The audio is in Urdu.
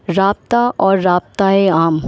رابطہ اور رابطہ عام